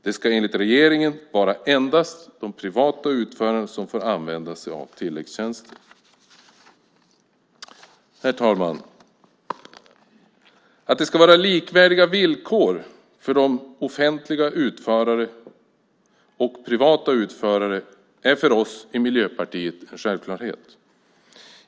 Det ska enligt regeringen endast vara de privata utförarna som får använda sig av tilläggstjänster. Herr talman! Det ska vara likvärdiga villkor för offentliga utförare och privata utförare. Det är för oss i Miljöpartiet en självklarhet.